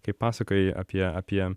kaip pasakojai apie apie